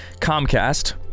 comcast